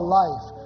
life